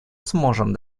сможем